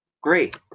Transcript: great